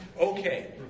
Okay